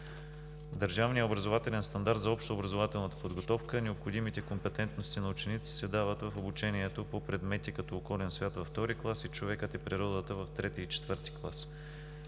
Държавният образователен стандарт за общообразователната подготовка, необходимите компетентности на учениците се дават в обучението по предмети като „Околен свят“ във II клас и „Човек и природа“ в III и IV клас.